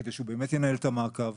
כדי שהוא באמת ינהל את המעקב,